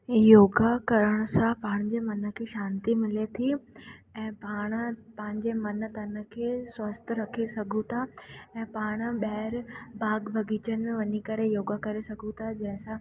योगा करण सां पंहिंजे मन खे शांति मिले थी ऐं पाण पंहिंजे मन तन खे स्वस्थ रखी सघूं था ऐं पाण ॿाहिरि बाग़ु बग़ीचनि में वञी करे योगा करे सघूं था जंहिं सां